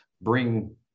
bring